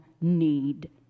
need